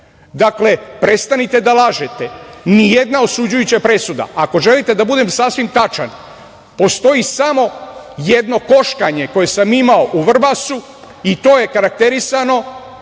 tome. Dakle, prestanite da lažete, nijedna osuđujuća presuda, ako želite da budem sasvim tačan postoji samo jedno koškanje koje sam imao u Vrbasu i to je karakterisano